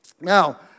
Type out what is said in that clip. Now